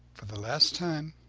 for the last time,